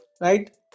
right